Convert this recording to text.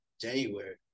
January